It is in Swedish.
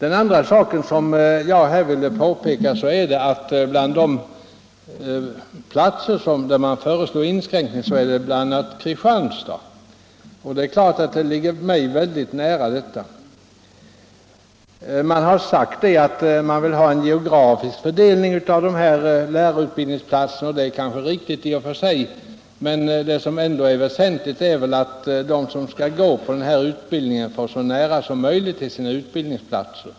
En annan omständighet som jag här vill peka på är att bland de platser där en inskränkning föreslås återfinns Kristianstad, och det berör mig naturligtvis väldigt nära. Man har sagt att man vill ha en jämn geografisk fördelning av lärarutbildningsplatserna, och det är kanske riktigt i och för sig, men väsentligt är ändå att de som skall gå på utbildningen får så nära som möjligt till sina utbildningsplatser.